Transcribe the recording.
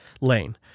lane